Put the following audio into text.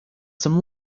some